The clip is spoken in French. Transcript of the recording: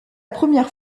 première